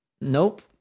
Nope